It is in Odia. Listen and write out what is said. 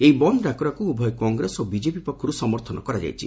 ଏହି ବନ୍ଦ ଡାକରାକୁ ଉଭୟ କଂଗ୍ରେସ ଓ ବିଜେପି ପକ୍ଷରୁ ସମର୍ଥନ କରାଯାଇଛି